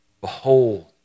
behold